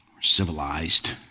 Civilized